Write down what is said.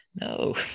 no